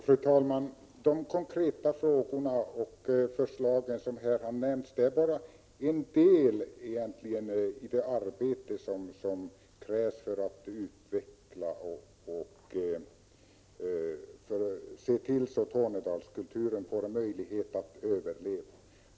Fru talman! De konkreta frågor och förslag som här har nämnts gäller egentligen bara en del av det arbete som krävs för att man skall utveckla Tornedalskulturen och se till att den har en möjlighet att överleva.